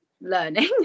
learning